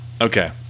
Okay